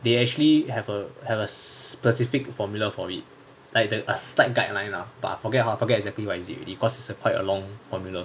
they actually have a have a specific formula for it like the a slight guideline lah but I forget I forgets exactly what is it already cause it's quite a long formula